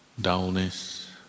Dullness